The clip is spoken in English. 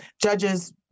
Judges